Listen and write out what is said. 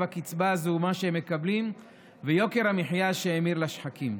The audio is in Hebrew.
הקצבה הזעומה שהם מקבלים ויוקר המחיה שהאמיר לשחקים.